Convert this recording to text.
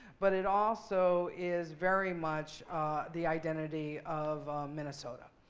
but it also is very much the identity of minnesota.